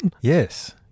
Yes